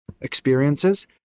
experiences